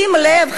שים לב,